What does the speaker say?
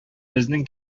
безнең